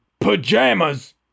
Pajamas